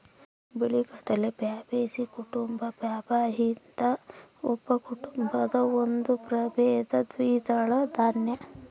ಬಿಳಿಗಡಲೆ ಪ್ಯಾಬೇಸಿಯೀ ಕುಟುಂಬ ಪ್ಯಾಬಾಯ್ದಿಯಿ ಉಪಕುಟುಂಬದ ಒಂದು ಪ್ರಭೇದ ದ್ವಿದಳ ದಾನ್ಯ